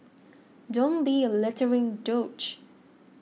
don't be a littering douche